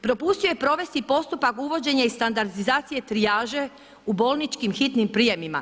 Propustio je provesti postupak uvođenja i standardizacije trijaže u bolničkim hitnim prijemima.